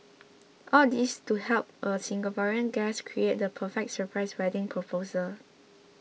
all this to help a Singaporean guest create the perfect surprise wedding proposal